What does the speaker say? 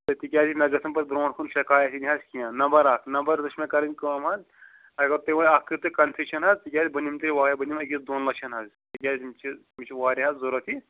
تہٕ تِکیٛازِ مےٚ گژھان پَتہٕ برٛونٛٹھ کُن شکایتھ یِن حظ کیٚنٛہہ نمبر اَکھ نمبر زٕ چھِ مےٚ کَرٕنۍ کٲم حظ اگر تُہۍ وۄنۍ اکھ کٔرِو تُہۍ کَنسیشن حظ تِکیٛازِ بہٕ نِمہٕ تیٚلہِ واریاہ بہٕ نِمہٕ أکِس دۄن لَچھَن حظ تِکیٛازِ یِم چھِ یِم چھِ واریاہ حظ ضروٗرت یہِ